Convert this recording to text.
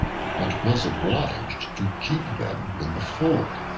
but was obliged to keep them in the fold.